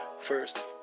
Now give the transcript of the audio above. first